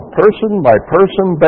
person-by-person